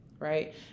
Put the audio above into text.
right